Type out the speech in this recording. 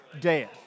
death